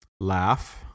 laugh